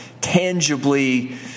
tangibly